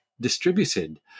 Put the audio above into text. distributed